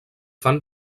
fan